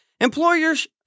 employers